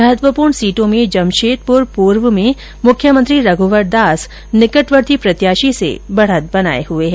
महत्वपूर्ण सीटों में जमशेदपूर पूर्व में मुख्यमंत्री रघुवर दास निकटवर्ती प्रत्याशी से बढ़त बनाए हुए है